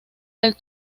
del